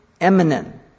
eminent